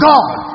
God